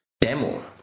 demo